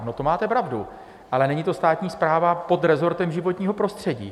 No, to máte pravdu, ale není to státní správa pod rezortem životního prostředí.